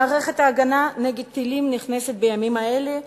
מערכת ההגנה נגד טילים נכנסת בימים אלה לשימוש,